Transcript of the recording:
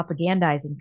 propagandizing